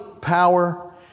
power